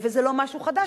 זה לא משהו חדש,